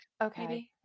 okay